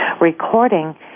recording